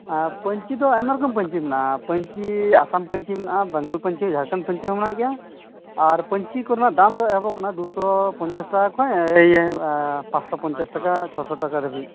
ᱟᱨ ᱯᱟᱹᱧᱪᱤ ᱫᱚ ᱟᱭᱢᱟ ᱨᱚᱠᱚᱢ ᱯᱟᱹᱧᱪᱤ ᱢᱮᱱᱟᱜᱼᱟ ᱯᱟᱹᱧᱪᱤ ᱟᱥᱟᱢ ᱯᱟᱹᱧᱪᱤ ᱢᱮᱱᱟᱜᱼᱟ ᱵᱟᱝᱜᱟᱞ ᱯᱟᱹᱧᱪᱤ ᱡᱷᱟᱲᱠᱷᱚᱸᱰ ᱯᱟᱹᱧᱪᱤ ᱦᱚᱸ ᱢᱮᱱᱟᱜ ᱜᱮᱭᱟ ᱟᱨ ᱯᱟᱹᱧᱪᱤ ᱠᱚᱨᱮᱱᱟᱜ ᱫᱟᱢ ᱫᱚ ᱮᱦᱚᱵᱚᱜ ᱠᱟᱱᱟ ᱫᱩᱥᱚ ᱯᱚᱧᱪᱟᱥ ᱴᱟᱠᱟ ᱠᱷᱚᱱ ᱤᱭᱟᱹ ᱯᱟᱸᱥᱥᱚ ᱯᱚᱧᱪᱟᱥ ᱴᱟᱠᱟ ᱪᱷᱚᱥᱚ ᱴᱟᱠᱟ ᱫᱷᱟᱹᱵᱤᱡ